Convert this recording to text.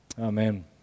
Amen